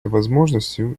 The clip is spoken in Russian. возможностью